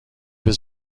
his